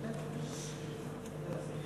גברתי היושבת